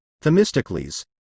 Themistocles